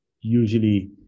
usually